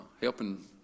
helping